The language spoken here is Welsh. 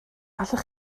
allwch